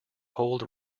hold